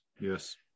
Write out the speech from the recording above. Yes